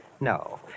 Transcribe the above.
No